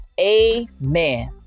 amen